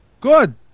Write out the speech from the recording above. Good